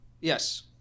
Yes